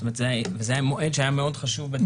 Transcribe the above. זאת אומרת זה המועד שהיה מאוד חשוב בטיפול.